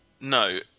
No